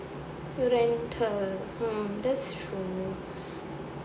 rental hmm that's true